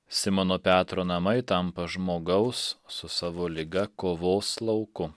simono petro namai tampa žmogaus su savo liga kovos lauku